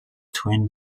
twin